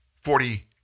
Forty